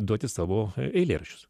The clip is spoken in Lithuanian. duoti savo eilėraščius